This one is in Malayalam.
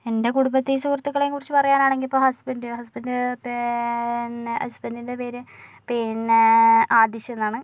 എൻ്റെ കുടുംബത്തെയും സുഹൃത്തുക്കളേയും കുറിച്ച് പറയാനാണെങ്കിൽ ഇപ്പോൾ ഹസ്ബന്ഡ് ഹസ്ബന്ഡ് പേ ന്നെ ഹസ്ബന്ഡിന്ടെ പേര് പിന്നെ ആദിഷ് എന്നാണ്